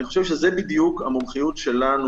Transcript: אני חושב שזאת בדיוק המומחיות שלנו,